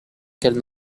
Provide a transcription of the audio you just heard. qu’elle